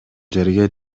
жерге